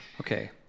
Okay